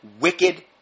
wicked